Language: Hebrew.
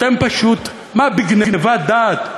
אתם פשוט, מה, בגנבת דעת?